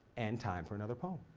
and time for another poem.